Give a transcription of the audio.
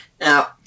Now